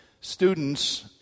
students